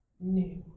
new